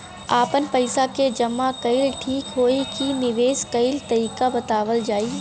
आपन पइसा के जमा कइल ठीक होई की निवेस कइल तइका बतावल जाई?